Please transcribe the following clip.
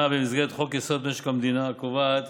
במסגרת חוק-יסוד: משק המדינה וקובעת